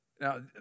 Now